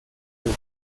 del